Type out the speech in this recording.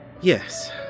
Yes